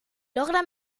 logra